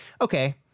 okay